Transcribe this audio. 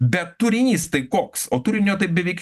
bet turinys tai koks o turinio tai beveik